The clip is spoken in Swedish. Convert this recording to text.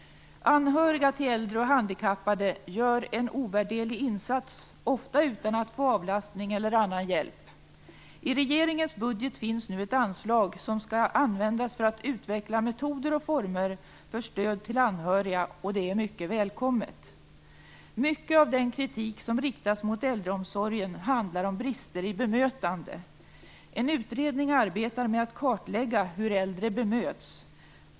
Anhöriga till äldre och handikappade gör en ovärderlig insats, ofta utan att få avlastning eller annan hjälp. I regeringens budget finns nu ett anslag som skall användas för att utveckla metoder och former för stöd till anhöriga, och det är mycket välkommet. Mycket av den kritik som riktas mot äldreomsorgen handlar om brister i bemötande. En utredning arbetar med att kartlägga hur äldre bemöts.